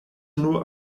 nur